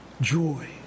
joy